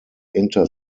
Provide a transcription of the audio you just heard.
inter